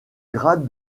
grade